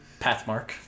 Pathmark